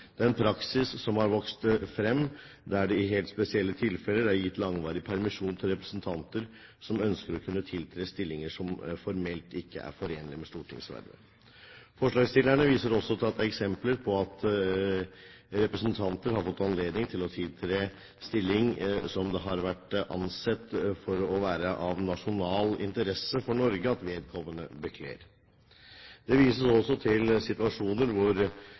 den praksis som har vokst frem der det i helt spesielle tilfeller er gitt langvarig permisjon til representanter som ønsker å kunne tiltre stillinger som formelt ikke er forenlige med stortingsvervet. Forslagsstillerne viser også til at det er eksempler på at representanter har fått anledning til å tiltre en stilling som det har vært ansett for å være av nasjonal interesse for Norge at vedkommende bekler. Det vises også til situasjoner hvor